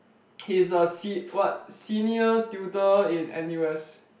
he's a c what senior tutor in n_u_s